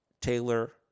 Taylor